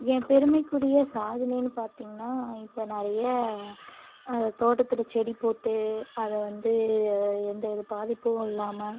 என் பெருமைக்குரிய சாதனைனு பாத்திங்கன்னா இப்போ நிறைய தோட்டத்தில் செடி போட்டு அதை வந்து எந்தவித பாதிப்பும் இல்லாமல்